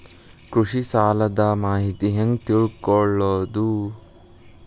ಕೃಷಿ ಸಾಲದ ಮಾಹಿತಿ ಹೆಂಗ್ ತಿಳ್ಕೊಳ್ಳೋದು?